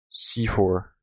c4